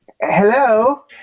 hello